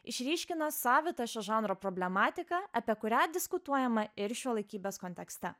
išryškina savitą šio žanro problematiką apie kurią diskutuojama ir šiuolaikybės kontekste